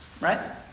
Right